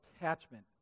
attachment